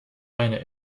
eine